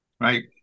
Right